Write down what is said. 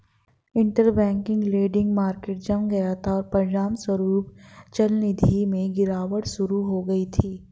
interbank lending market जम गया था, और परिणामस्वरूप चलनिधि में गिरावट शुरू हो गई थी